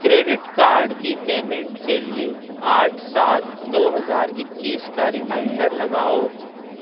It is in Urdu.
کریڈٹ کارد کی پیمنٹ کے لیےآٹھ سات دو ہزار اکیس کا ریمائنڈر لگاؤ